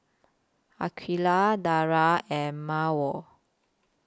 Aqeelah Dara and Mawar